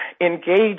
engage